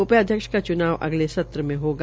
उपाध्यक्ष का चुनाव अगले सत्र में हागा